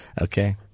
Okay